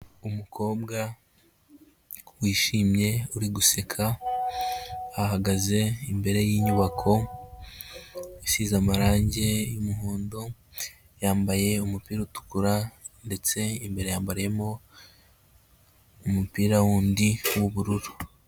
Umukobwa wishimye uri guseka, ahagaze imbere y'inyubako, isize amarange y'umuhondo, yambaye umupira utukura ndetse imbere yambariyemo umupira wundi w'ubururu.